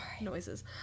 noises